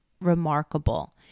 remarkable